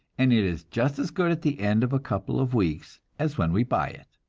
and it is just as good at the end of a couple of weeks as when we buy it.